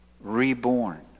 reborn